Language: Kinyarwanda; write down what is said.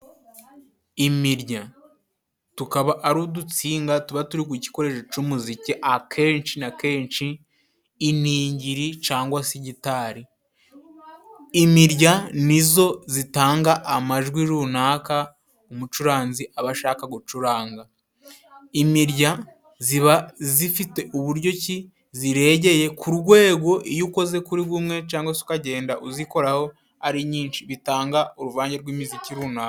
Imirya tukaba ari udutsinga tuba turi ku gikoresho c'umuziki akenshi na kenshi iningiri cangwa se gitari imirya nizo zitanga amajwi runaka umucuranzi aba ashaka gucuranga imirya ziba zifite uburyoki ziregeye ku rwego iyo ukoze kuri gumwe cangwa se ukagenda uzikoraho ari nyinshi bitanga uruvange rw'imiziki runaka.